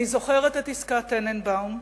אני זוכרת את עסקת טננבאום,